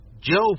Joe